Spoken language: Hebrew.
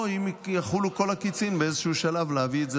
או אם יכלו כל הקיצים, באיזשהו שלב להביא את זה